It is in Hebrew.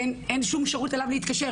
אין שום שרות אליו להתקשר.